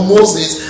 Moses